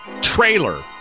trailer